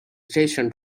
station